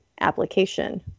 application